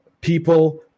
people